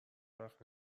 وقت